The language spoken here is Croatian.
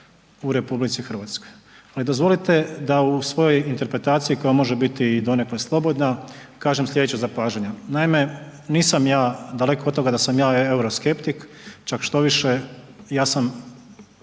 u RH. Ali dozvolite da u svojoj interpretaciji koja može biti donekle slobodna kažem sljedeće zapažanje. Naime, nisam ja daleko od toga da sam ja euroskeptik, čak štoviše ja sam